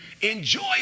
enjoy